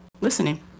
listening